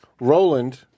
Roland